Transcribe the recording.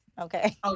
Okay